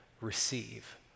receive